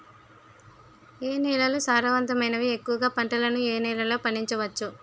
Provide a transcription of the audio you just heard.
ఏ నేలలు సారవంతమైనవి? ఎక్కువ గా పంటలను ఏ నేలల్లో పండించ వచ్చు?